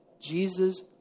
Jesus